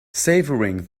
savouring